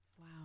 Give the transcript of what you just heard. Wow